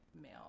male